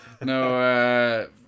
No